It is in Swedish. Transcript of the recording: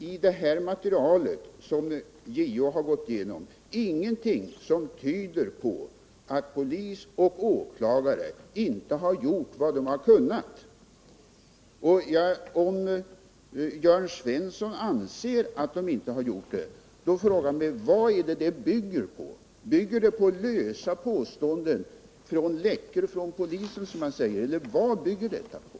I det material som JO har gått igenom finns det ingenting som tyder på att polis och åklagare inte skulle ha gjort allt vad de kunnat. Om Jörn Svensson anser att de inte har gjort det, undrar jag vad han bygger sin uppfattning på. Bygger han den på lösa påståenden om ”läckor från polisen”, som han säger, eler vad bygger han den på?